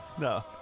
no